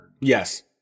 Yes